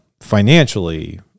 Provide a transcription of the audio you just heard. financially